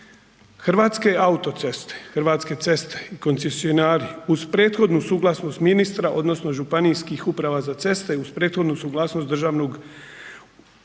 Hrvatske autoceste, Hrvatske ceste i koncesionari uz prethodnu suglasnost ministra odnosno ŽUC-a uz prethodnu suglasnost nadležnog upravnog